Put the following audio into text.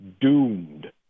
doomed